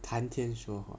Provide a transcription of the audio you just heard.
谈天说话